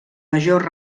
major